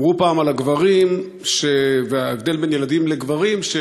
אמרו פעם על הגברים ועל ההבדל בין ילדים לגברים,